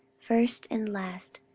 first and last,